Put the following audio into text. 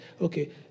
Okay